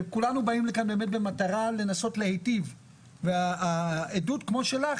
כולנו באים לכאן במטרה לנסות להיטיב ועדות כמו שלך,